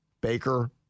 Baker